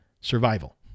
survival